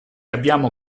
abbiamo